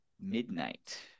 Midnight